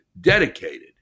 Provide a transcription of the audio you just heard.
dedicated